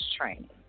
training